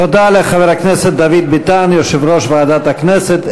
תודה לחבר הכנסת דוד ביטן, יושב-ראש ועדת הכנסת.